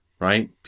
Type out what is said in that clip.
Right